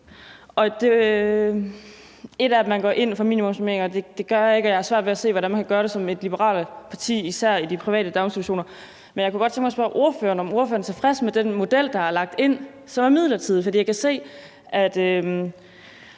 Et er, at man går ind for minimumsnormeringer, men jeg har svært ved at se, hvordan man kan gøre det som et liberalt parti, især i de private daginstitutioner, men jeg kunne godt tænke mig at spørge ordføreren, om ordføreren er tilfreds med den model, der er lagt ind, som er midlertidig,